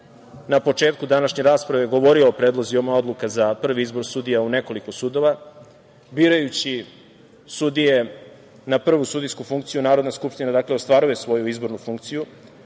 na početku današnje rasprave govorio o predlozima odluka za prvi izbor sudija u nekoliko sudova. Birajući sudije na prvu sudijsku funkciju Narodna skupština ostvaruje svoju izbornu funkciju,